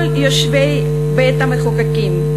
כל יושבי בית-המחוקקים,